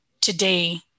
today